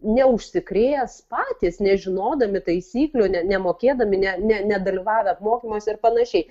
neužsikrės patys nežinodami taisyklių ne nemokėdami ne ne nedalyvavę apmokymuose ir panašiai